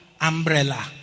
umbrella